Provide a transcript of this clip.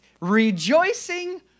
rejoicing